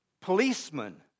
policemen